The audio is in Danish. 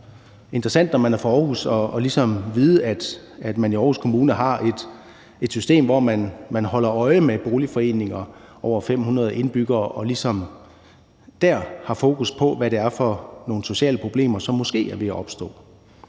det er interessant, når man er fra Aarhus, at vide, at man i Aarhus Kommune har et system, hvor man holder øje med boligforeninger med over 500 indbyggere og ligesom dér har fokus på, hvad det er for nogle sociale problemer, som måske er ved at opstå,